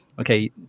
okay